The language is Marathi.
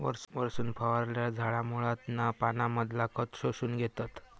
वरसून फवारल्यार झाडा मुळांतना पानांमधना खत शोषून घेतत